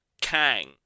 Kang